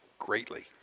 Greatly